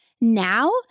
Now